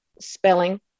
spelling